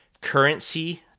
currency